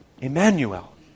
Emmanuel